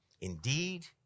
Indeed